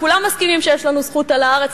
וכולם מסכימים שיש לנו זכות על הארץ,